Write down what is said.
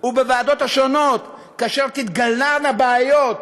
ובוועדות השונות כאשר תתגלענה בעיות